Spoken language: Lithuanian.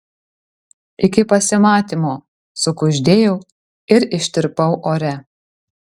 iki pasimatymo sukuždėjau ir ištirpau ore